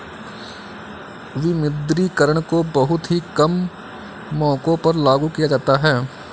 विमुद्रीकरण को बहुत ही कम मौकों पर लागू किया जाता है